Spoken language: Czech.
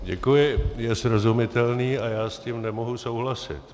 Děkuji, je srozumitelný a já s tím nemohu souhlasit.